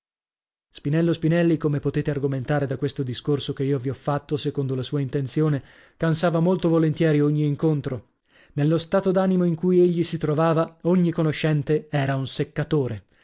spinello spinelli come potete argomentare da questo discorso che io vi ho fatto secondo la sua intenzione cansava molto volentieri ogni incontro nello stato d'animo in cui egli si trovava ogni conoscente era un seccatore